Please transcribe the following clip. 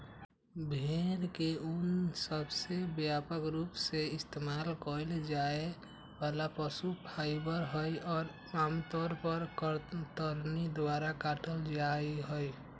भेड़ के ऊन सबसे व्यापक रूप से इस्तेमाल कइल जाये वाला पशु फाइबर हई, और आमतौर पर कतरनी द्वारा काटल जाहई